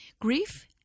Grief